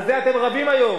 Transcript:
על זה אתם רבים היום,